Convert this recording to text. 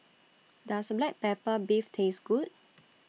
Does Black Pepper Beef Taste Good